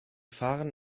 fahren